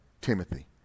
Timothy